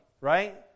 right